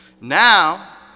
Now